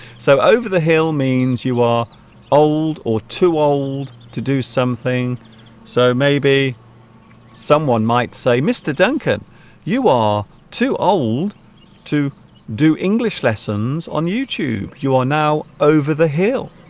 so over the hill means you are old or too old to do something so maybe someone might say mr. duncan you are too old to do english lessons on youtube you are now over the hill